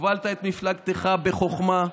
הובלת את מפלגתך בחוכמה,